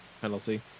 penalty